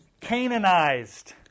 Canaanized